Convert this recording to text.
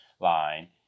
line